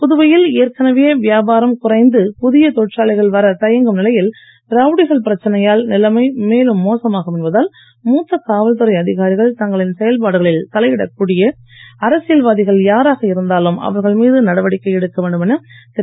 புதுவையில் ஏற்கனவே வியாபாரம் குறைந்து தொழிற்சாலைகள் வரத் தயங்கும் நிலையில் ரவுடிகள் புதிய பிரச்சனையால் நிலைமை மேலும் மோசமாகும் என்பதால் மூத்த காவல்துறை அதிகாரிகள் தங்களின் செயல்பாடுகளில் தலையிடக் கூடிய அரசியல்வாதிகள் யாராக இருந்தாலும் அவர்கள் மீது நடவடிக்கை எடுக்க வேண்டும் என திரு